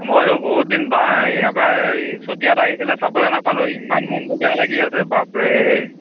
ময়ো বহুত দিন বা এবাৰ চতিয়াত আহিছিলে চাবলৈ নাপালোঁ ইমান মনটো বেয়া লাগি আছে বাপৰে